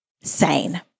sane